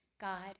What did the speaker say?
God